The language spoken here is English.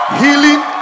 healing